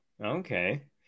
Okay